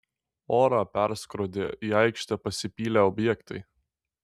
orą perskrodė į aikštę pasipylę objektai